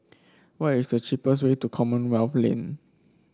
what is the cheapest way to Commonwealth Lane